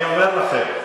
ואני אומר לכם,